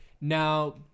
Now